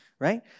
Right